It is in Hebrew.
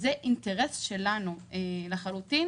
זה אינטרס שלנו לחלוטין